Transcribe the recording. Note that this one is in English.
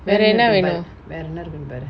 வேர என்ன வேணு:vera enna venu